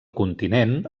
continent